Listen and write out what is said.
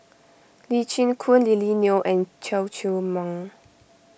Lee Chin Koon Lily Neo and Chew Chor Meng